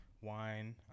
wine